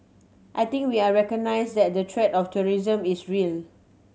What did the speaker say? I think we all recognise that the threat of terrorism is real